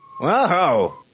Whoa